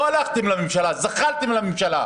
לא הלכתם לממשלה, זחלתם לממשלה.